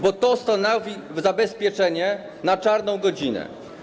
Bo to stanowi zabezpieczenie na czarną godzinę.